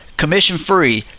commission-free